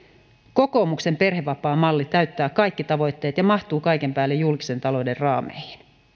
kokoomuksen perhevapaamalli täyttää kaikki tavoitteet ja mahtuu kaiken päälle julkisen talouden raameihin